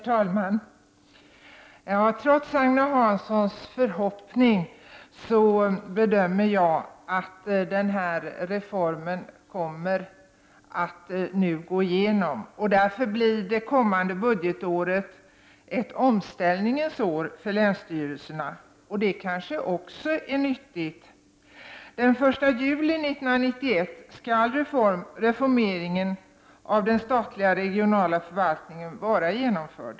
Herr talman! Trots Agne Hanssons förhoppning bedömer jag det så att den här reformen nu kommer att gå igenom. Därför blir det kommande budgetåret ett omställningens år för länsstyrelserna. Det kanske är nyttigt. Den 1 juli 1991 skall reformeringen av den statliga regionala förvaltningen vara genomförd.